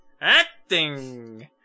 Acting